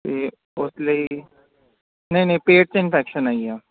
ਅਤੇ ਉਸ ਲਈ ਨਹੀਂ ਨਹੀਂ ਪੇਟ 'ਚ ਇਨਫੈਕਸ਼ਨ ਆਈ ਆ